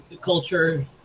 culture